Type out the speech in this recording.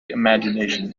imagination